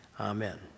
Amen